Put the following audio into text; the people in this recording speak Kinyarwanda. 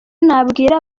nabwira